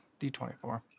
D24